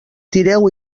tireu